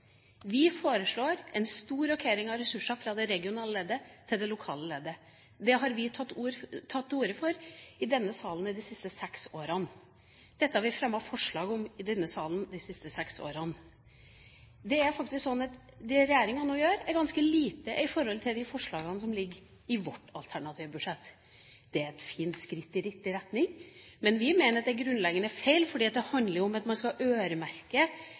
Vi foreslår en stor rokering av ressurser fra det regionale leddet til det lokale leddet. Det har vi tatt til orde for i denne salen de siste seks årene. Dette har vi fremmet forslag om i denne salen de siste seks årene. Det regjeringa nå gjør, er ganske lite i forhold til de forslagene som ligger i vårt alternative budsjett. Det er et fint skritt i riktig retning, men vi mener at det er grunnleggende feil fordi det handler om å øremerke midler som man skal